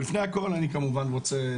לפני הכל אני כמובן רוצה,